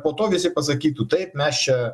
po to visi pasakytų taip mes čia